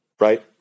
Right